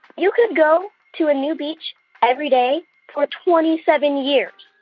you could go to a new beach every day for twenty seven years.